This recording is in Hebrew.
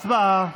הצבעה.